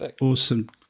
awesome